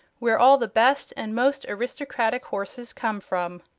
where all the best and most aristocratic horses come from.